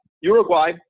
Uruguay